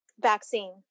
vaccine